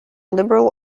liberal